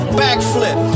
backflip